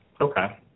Okay